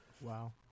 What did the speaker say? Wow